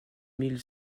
mille